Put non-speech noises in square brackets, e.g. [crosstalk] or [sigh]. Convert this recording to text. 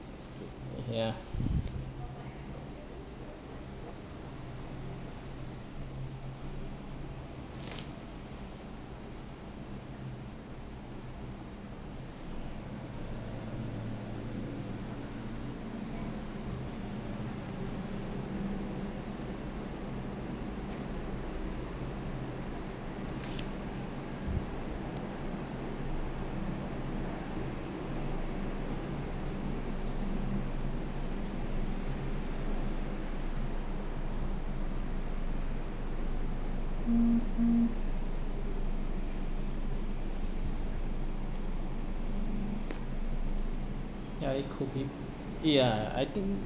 [noise] ya ya it could be ya I think